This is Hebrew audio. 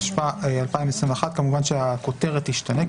התשפ"א 2021" כמובן שהכותרת תשתנה,